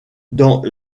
dans